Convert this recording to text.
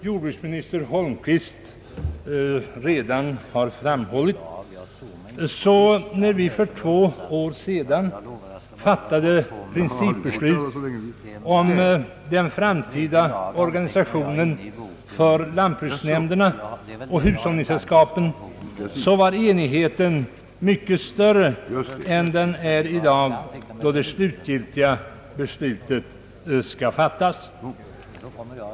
Herr talman! När vi för två år sedan fattade principbeslut om den framtida organisationen för lantbruksnämnderna och hushållningssällskapen var enigheten, som jordbruksministern redan har framhållit, mycket större än den är i dag, då det slutgiltiga beslutet skall fattas.